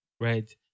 right